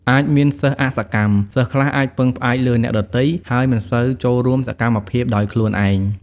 អាចមានសិស្សអសកម្ម សិស្សខ្លះអាចពឹងផ្អែកលើអ្នកដទៃ ហើយមិនសូវចូលរួមសកម្មភាពដោយខ្លួនឯង។